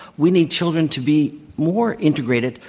we need children to be more integrated,